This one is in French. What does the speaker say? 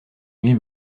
nuit